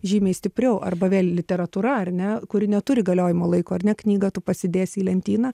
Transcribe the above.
žymiai stipriau arba vėl literatūra ar ne kuri neturi galiojimo laiko ar ne knygą tu pasidėsi į lentyną